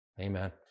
amen